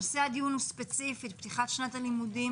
שנושא הדיון הוא ספציפית פתיחת שנת הלימודים